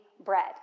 bread